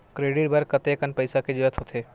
Credit बर कतेकन पईसा के जरूरत होथे?